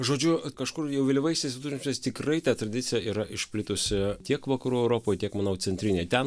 žodžiu kažkur jau vėlyvaisiais viduramžiais tikrai ta tradicija yra išplitusi tiek vakarų europoj tiek manau centrinėj ten